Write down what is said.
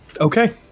Okay